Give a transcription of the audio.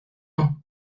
ans